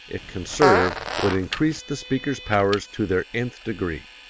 if conserved would increase the speaker's powers to their nth degree.